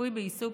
ריפוי בעיסוק,